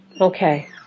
Okay